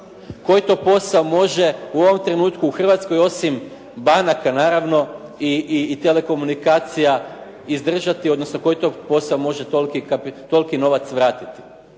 koji to posao može u ovom trenutku u Hrvatskoj osim banaka naravno i telekomunikacija izdržati, odnosno koji to posao može toliki novac vratiti.